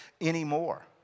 anymore